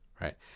right